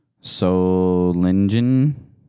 Solingen